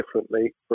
differently